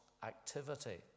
activity